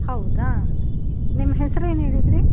ಹೌದಾ ನಿಮ್ಮ ಹೆಸ್ರೇನು ಹೇಳಿದ್ರಿ